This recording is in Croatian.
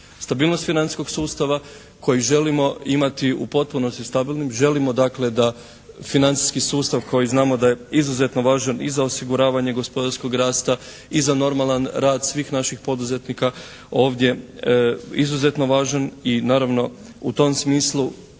Stabilnost financijskog sustava kojeg želimo imati u potpunosti stabilnim, želimo dakle da financijski sustav koji znamo da je izuzetno važan i za osiguravanje gospodarskog rasta i za normalan rad svih naših poduzetnika ovdje izuzetno važan i naravno u tom smislu